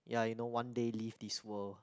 ya you know one day leave this world